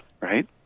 right